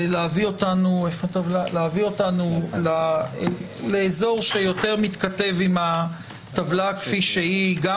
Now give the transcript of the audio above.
להביא אותנו לאזור שיותר מתכתב עם הטבלה כפי שהיא גם